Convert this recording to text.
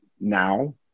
now